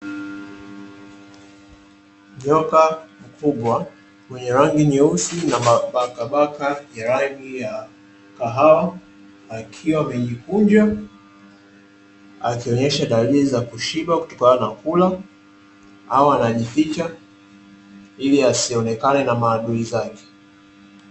Nyoka mkubwa mwenye rangi nyeusi na mabakabaka ya rangi ya kahawa, akiwa amejikunja akionyesha dalili za kushiba kutokana na kula au anajificha, ili asionekane na maadui zake.